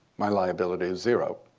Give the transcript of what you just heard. my liability is zero.